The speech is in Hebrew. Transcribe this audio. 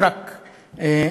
לא רק בני-אדם.